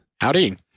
Howdy